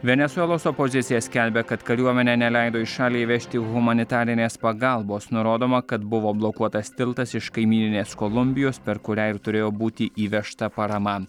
venesuelos opozicija skelbia kad kariuomenė neleido į šalį įvežti humanitarinės pagalbos nurodoma kad buvo blokuotas tiltas iš kaimyninės kolumbijos per kurią ir turėjo būti įvežta parama